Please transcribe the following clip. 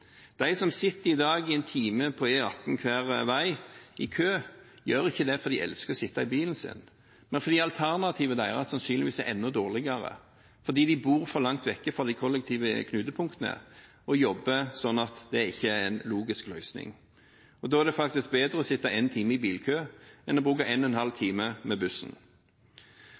De som i dag sitter i en time på E18 hver vei i kø, gjør ikke det fordi de elsker å sitte i bilen sin, men fordi alternativet deres sannsynligvis er enda dårligere – fordi de bor for langt borte fra de kollektive knutepunktene og jobber slik at det ikke er en logisk løsning. Da er det faktisk bedre å sitte en time i bilkø enn å bruke halvannen time med bussen.